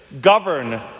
govern